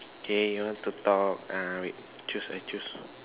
okay you want to talk uh wait I choose I choose